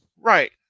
right